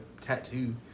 tattoo